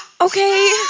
Okay